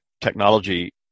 technology